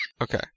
Okay